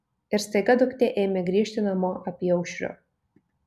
ir staiga duktė ėmė grįžti namo apyaušriu